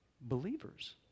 believers